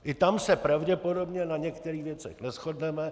I tam se pravděpodobně na některých věcech neshodneme.